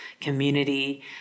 community